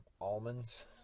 almonds